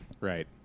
Right